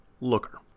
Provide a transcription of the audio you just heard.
Looker